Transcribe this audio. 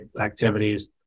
activities